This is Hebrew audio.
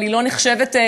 אבל היא לא נחשבת יהודייה,